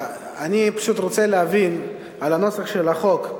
אני פשוט רוצה להבין את הנוסח של החוק.